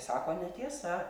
sako netiesa